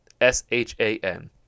s-h-a-n